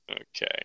Okay